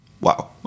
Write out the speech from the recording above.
Wow